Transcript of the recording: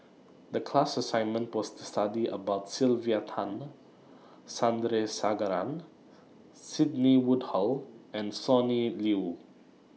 The class assignment was to study about Sylvia Tan Sandrasegaran Sidney Woodhull and Sonny Liew